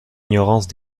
ignorance